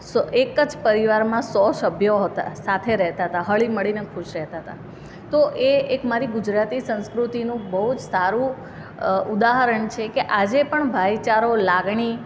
સો એક જ પરિવારમાં સો સભ્યો હતા સાથે રહેતા તા હળીમળીને ખુશ રહેતા હતા તો એ એક મારી ગુજરાતી સંસ્કૃતિનું બહુ જ સારું ઉદાહરણ છે કે આજે પણ ભાઈચારો લાગણી